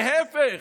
להפך,